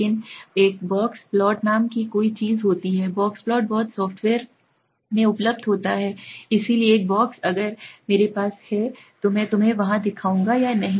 लेकिन एक box plot नाम की कोई चीज होती है बॉक्स प्लॉट बहुत साफ्टवेयर में उपलब्ध होता है इसलिए एक बॉक्स अगर मेरे पास है तो मैं तुम्हें वहाँ दिखाऊँगा या नहीं